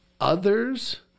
others